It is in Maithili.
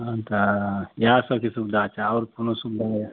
तहन तऽ इहए सबचीज सुबिधा छै आओर कोनो सुबिधा यऽ